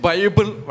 Bible